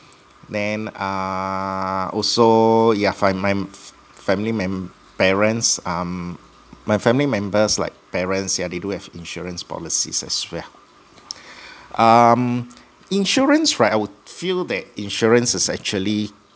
then err also yeah for my f~ family mem~ parents um my family members like parents yeah they do have insurance policies as well um insurance right I will feel that insurance is actually